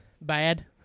bad